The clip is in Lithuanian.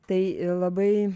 tai labai